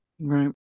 Right